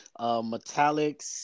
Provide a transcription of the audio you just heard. Metallics